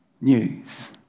news